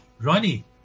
Ronnie